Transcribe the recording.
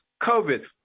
COVID